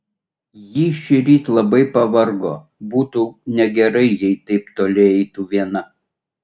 ji šįryt labai pavargo būtų negerai jei taip toli eitų viena